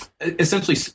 essentially